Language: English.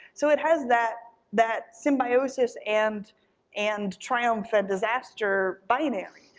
so it has that that symbiosis and and triumph and disaster binary,